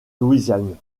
louisiane